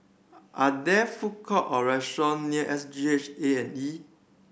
are there food court or restaurant near S G H A and E